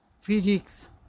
physics